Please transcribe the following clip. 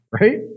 right